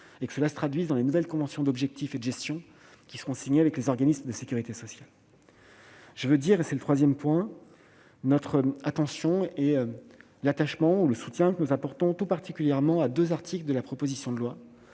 et que cela se traduise dans les nouvelles conventions d'objectifs et de gestion qui seront signées avec les organismes de sécurité sociale. Je veux dire notre attention et le soutien que nous apportons tout particulièrement à deux articles de la proposition de loi.